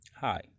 Hi